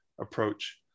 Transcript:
approach